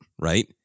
Right